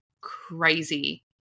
crazy